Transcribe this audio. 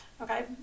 Okay